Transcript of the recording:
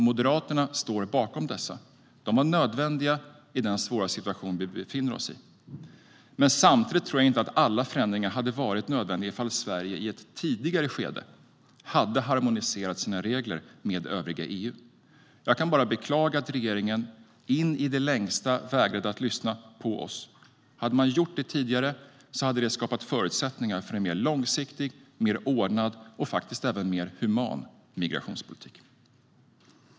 Moderaterna står som sagt bakom dessa förändringar - de var nödvändiga i den svåra situation där vi befinner oss. Samtidigt tror jag inte att alla förändringar hade varit nödvändiga om Sverige i ett tidigare skede hade harmoniserat sina regler med övriga EU. Jag kan bara beklaga att regeringen in i det längsta vägrade att lyssna på oss. Om man hade gjort det tidigare hade det skapat förutsättningar för en mer långsiktig, mer ordnad och faktiskt även mer human migrationspolitik.